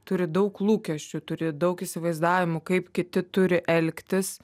turi daug lūkesčių turi daug įsivaizdavimų kaip kiti turi elgtis